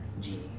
genie